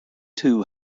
too